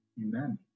Amen